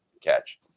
catch